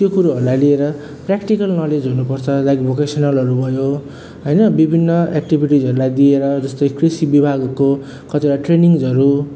त्यो कुरोहरूलाई लिएर प्र्याक्टिकल नलेज हुनु पर्छ लाइक भोकेसनलहरू भयो होइन विभिन्न एक्टिभिटिजहरूलाई दिएर जस्तै कृषि विभागको कतिवटा ट्रेनिङ्सहरू